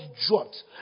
dropped